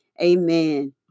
Amen